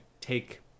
take